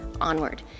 onward